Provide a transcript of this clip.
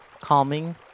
calming